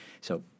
So-